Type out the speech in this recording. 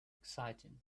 exciting